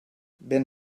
ben